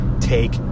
take